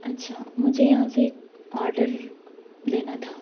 اچھا مجھے یہاں سے ایک آرڈر لینا تھا